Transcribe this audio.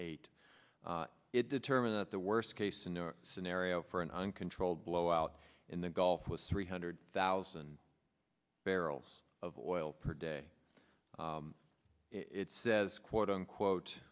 eight it determined that the worst case in scenario for an uncontrolled blowout in the gulf was three hundred thousand barrels of oil per day it says quote unquote